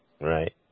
Right